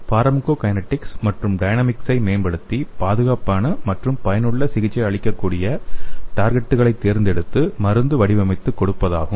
pharmacokinetics மற்றும் டைனமிக்சை மேம்படுத்தி பாதுகாப்பான மற்றும் பயனுள்ள சிகிச்சை அளிக்கக்கூடிய டார்கெட்களை தேர்ந்தெடுத்து மருந்து வடிவமைத்து கொடுப்பதாகும்